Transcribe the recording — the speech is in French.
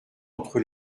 entre